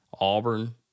Auburn